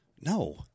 No